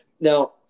Now